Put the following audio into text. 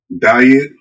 diet